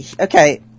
Okay